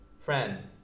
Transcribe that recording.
Friend